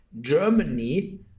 Germany